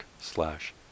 slash